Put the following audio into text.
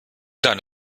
deine